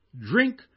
Drink